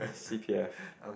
C_P_F